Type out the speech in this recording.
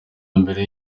mbere